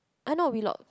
ah not Wheelock